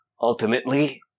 Ultimately